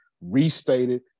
restated